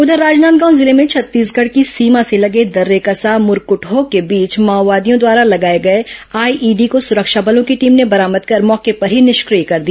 उधर राजनांदगांव जिले में छत्तीसगढ़ की सीमा से लगे दर्रेकसा मुरकुटहो के बीच माओवादियों द्वारा लगाए गए आईईडी को सुरक्षा बलो की टीम ने बरामद कर मौके पर ही निष्क्रिय कर दिया